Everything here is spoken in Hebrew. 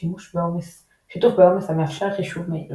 שיתוף בעומס המאפשר חישוב מהיר יותר.